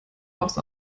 aufs